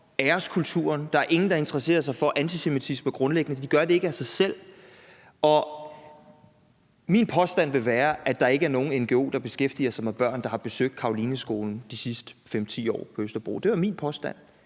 grundlæggende interesserer sig for antisemitisme. De gør det ikke af sig selv, og min påstand vil være, at der ikke er nogen ngo, der beskæftiger sig med børn, der har besøgt Carolineskolen de sidste 5-10 år – det er min påstand